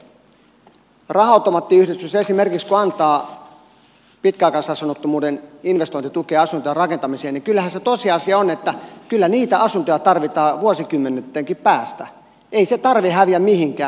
toisekseen esimerkiksi kun raha automaattiyhdistys antaa pitkäaikaisasunnottomuuden investointitukea asuntojen rakentamiseen niin kyllähän se tosiasia on että kyllä niitä asuntoja tarvitaan vuosikymmentenkin päästä ei se tarve häviä mihinkään